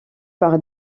par